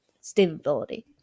stability